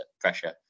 pressure